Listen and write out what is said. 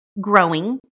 growing